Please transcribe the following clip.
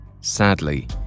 Sadly